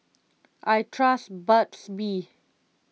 I trust Burt's Bee